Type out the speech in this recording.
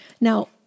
Now